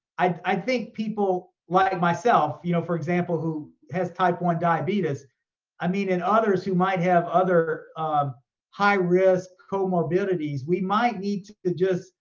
i think people like myself, you know for example, who has type one diabetes i mean and others who might have other um high-risk comorbidities, we might need to just